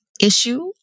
issue